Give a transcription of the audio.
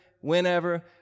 whenever